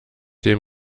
dem